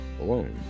alone